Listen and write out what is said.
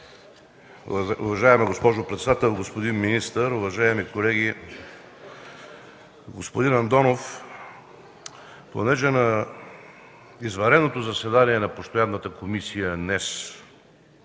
Уважаема госпожо председател, господин министър, уважаеми колеги! Господин Андонов, понеже на извънредното заседание на Постоянната комисия днес